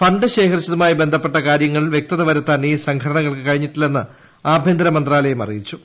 fund ശേഖരിച്ചതുമായി ബന്ധപ്പെട്ട കാര്യങ്ങളിൽ വ്യക്തത വരുത്താൻ ഈ സംഘടനകൾക്ക് കഴിഞ്ഞിട്ടില്ലെന്ന് ആഭ്യന്തരമന്ത്രാലയം അറിയിച്ചു